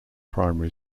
primary